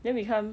then become